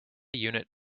unit